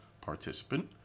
participant